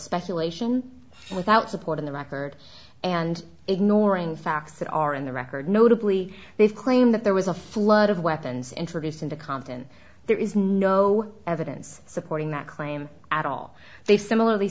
speculation without support in the record and ignoring facts that are in the record notably they've claimed that there was a flood of weapons introduced into compton there is no evidence supporting that claim at all they similar